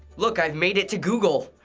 look, i've made it to google!